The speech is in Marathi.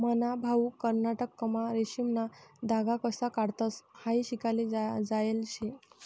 मन्हा भाऊ कर्नाटकमा रेशीमना धागा कशा काढतंस हायी शिकाले जायेल शे